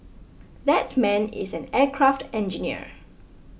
that man is an aircraft engineer